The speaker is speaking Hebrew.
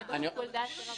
זה יהיה בשיקול דעת הרשם.